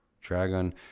Dragon